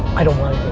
i don't want